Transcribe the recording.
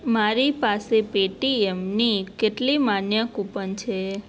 મારી પાસે પેટીએમની કેટલી માન્ય કુપન છે